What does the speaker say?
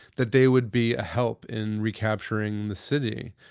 that they would be a help in recapturing the city.